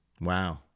Wow